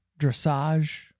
dressage